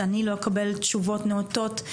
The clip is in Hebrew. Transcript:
אני לא אקבל תשובות נאותות,